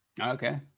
Okay